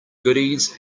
goodies